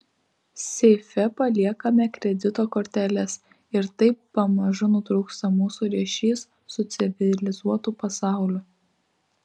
seife paliekame kredito korteles ir taip pamažu nutrūksta mūsų ryšys su civilizuotu pasauliu